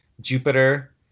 Jupiter